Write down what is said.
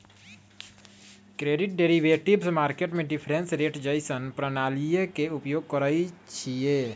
credit derivatives market में difference rate जइसन्न प्रणालीइये के उपयोग करइछिए